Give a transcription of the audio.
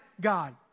God